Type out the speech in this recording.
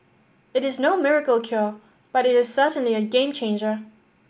it is no miracle cure but it is certainly a game changer